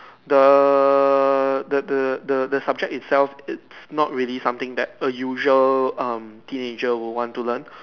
the the the the the subject itself it's not really something that a usual um teenager would want to learn